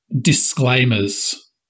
disclaimers